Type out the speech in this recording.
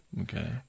Okay